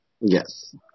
Yes